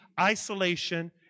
isolation